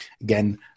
Again